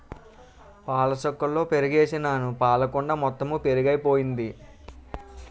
పాలసుక్కలలో పెరుగుసుకేసినాను పాలకుండ మొత్తెము పెరుగైపోయింది